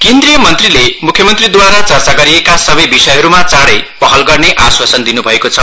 केन्द्रिय मन्त्रीले म्ख्य मन्त्रीद्वारा चर्चा गरिएका सबै विषयहरूमा चाई पहल गर्ने आश्वासन दिन् भएको छ